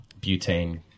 butane